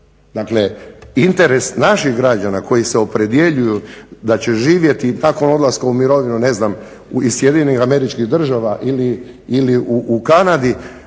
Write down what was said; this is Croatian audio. Dakle interes naših građana koji se opredjeljuju da će živjeti i nakon odlaska u mirovinu ne znam iz SAD-a ili u Kanadi